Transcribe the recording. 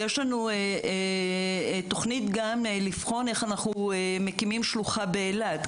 יש לנו גם תוכנית לבחון איך אנחנו מקימים שלוחה באילת,